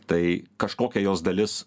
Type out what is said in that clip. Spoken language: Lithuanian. tai kažkokia jos dalis